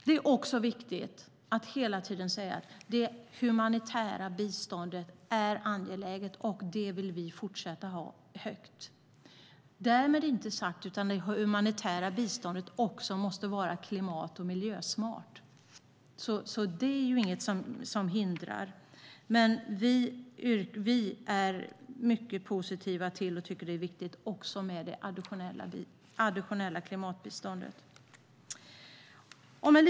Det är också viktigt att hela tiden säga att det humanitära biståndet är angeläget. Vi vill att det ska fortsätta att vara högt. Men det humanitära biståndet måste också vara klimat och miljösmart. Vi är också mycket positiva till det additionella klimatbiståndet och tycker att det är viktigt. Herr talman!